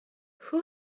who